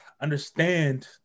understand